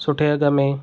सुठे अघु में